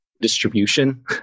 distribution